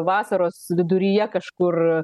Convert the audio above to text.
vasaros viduryje kažkur